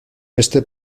este